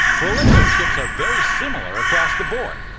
relationships are very similar across the board.